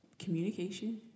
Communication